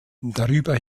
darüber